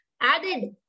Added